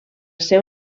ser